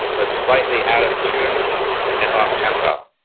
but slightly out of tune and off tempo.